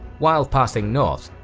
while passing north,